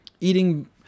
eating